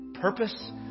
purpose